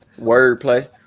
Wordplay